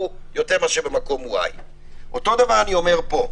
יותר מאשר במקום Y. אותו דבר אני אומר פה.